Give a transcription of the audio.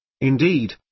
Indeed